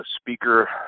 speaker